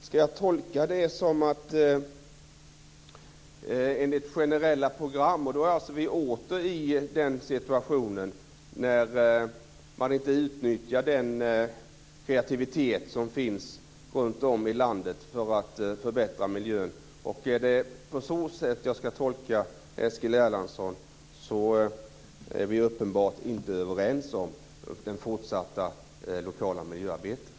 Herr talman! Ska jag tolka det som att vi ska ha generella program? Då är vi åter i den situationen då man inte utnyttjar den kreativitet som finns runtom i landet för att förbättra miljön. Om det är på det sättet som jag ska tolka Eskil Erlandsson är vi uppenbarligen inte överens om det fortsatta lokala miljöarbetet.